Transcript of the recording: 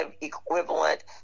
equivalent